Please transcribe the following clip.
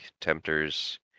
Tempters